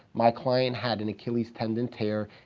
my client had an achilles tendon tear.